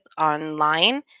online